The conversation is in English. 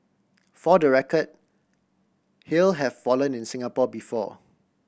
for the record hail have fallen in Singapore before